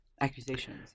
accusations